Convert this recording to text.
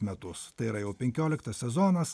metus tai yra jau penkioliktas sezonas